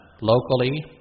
locally